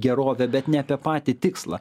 gerovę bet ne apie patį tikslą